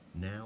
now